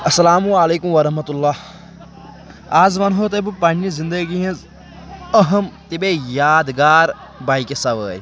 اَسلامُ عَلیکُم وَرحمتُہ اللہ از وَنہو تۅہہِ بہٕ پَنٕنہِ زِنٛدگی ہٕنٛز أہم تہٕ بیٚیہِ یادگار بایکہِ سوٲرۍ